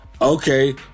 okay